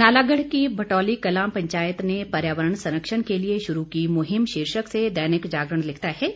नालागढ़ की भटौलीकलॉ पंचायत ने पर्यावरण संरक्षण के लिये शुरू की मुहिम शीर्षक से दैनिक जागरण लिखता है